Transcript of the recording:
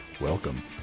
welcome